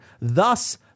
Thus